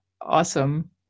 Awesome